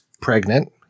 pregnant